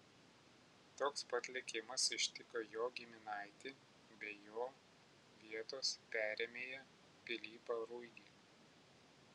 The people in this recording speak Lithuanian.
toks pat likimas ištiko jo giminaitį bei jo vietos perėmėją pilypą ruigį